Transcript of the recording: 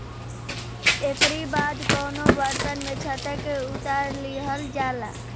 एकरी बाद कवनो बर्तन में छत्ता के उतार लिहल जाला